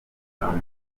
amahoro